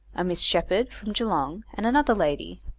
a miss sheppard, from geelong, and another lady,